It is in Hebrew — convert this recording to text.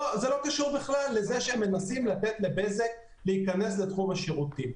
זה בכלל לא קשור לזה שהם מנסים לתת לבזק להיכנס לתחום השירותים.